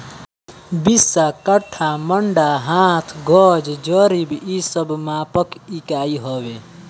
बिस्सा, कट्ठा, मंडा, हाथ, गज, जरीब इ सब मापक इकाई हवे